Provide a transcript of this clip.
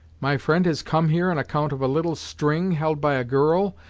my friend has come here on account of a little string held by a girl,